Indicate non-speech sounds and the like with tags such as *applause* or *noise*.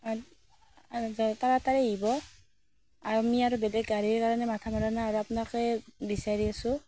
*unintelligible* তাৰাতাৰি আহিব আমি আৰু আমি ইয়াত বেলেগ গাড়ীৰ কাৰণে মাঠা মাৰা নাই আৰু আপোনাকে বিচাৰি আছোঁ